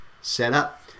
setup